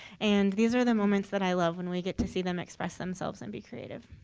and these are the moments that i love when we get to see them express themselves and be creative.